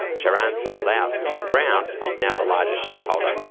charan sold out, and brown is now the largest shareholder.